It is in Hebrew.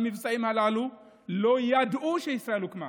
במבצעים הללו לא ידעו שישראל הוקמה.